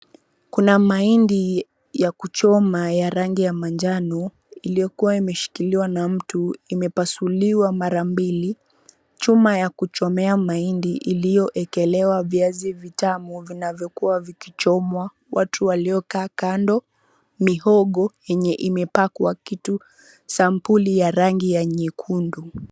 Kuna mahindi ya kuchoma ya rangi ya manjano iliyokuwa imeshikiliwa na mtu, imepasuliwa mara mbili. Chuma ya kuchomea mahindi iliyoekelewa viazi vitamu vinavyokuwa vikichomwa. Watu waliokaa kando, mihogo yenye imepakwa kitu sampuli ya rangi ya nyekundu.